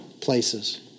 places